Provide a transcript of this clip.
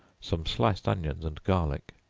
some sliced onions and garlic